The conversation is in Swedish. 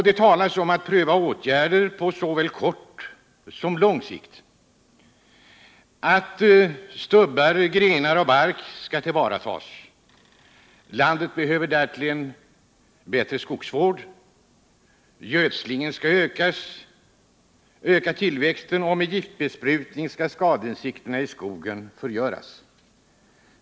Det talas om att pröva åtgärder på såväl kort som lång sikt. Det talas om att stubbar, grenar och bark skall tillvaratas. Landet behöver därtill en bättre skogsvård. Gödsling skall öka tillväxten, och med giftbesprutning skall skadeinsekterna i skogen förgöras.